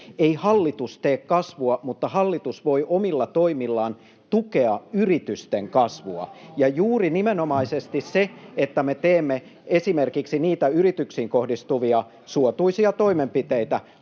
Ei hallitus tee kasvua, mutta hallitus voi omilla toimillaan tukea yritysten kasvua. Ja juuri nimenomaisesti nämä, että me teemme esimerkiksi niitä yrityksiin kohdistuvia suotuisia toimenpiteitä,